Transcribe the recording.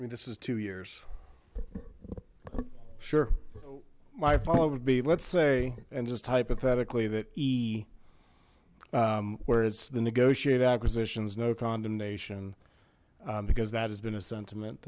i mean this is two years sure my father would be let's say and just hypothetically that ii where it's the negotiated acquisitions no condemnation because that has been a sentiment